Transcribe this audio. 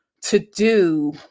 to-do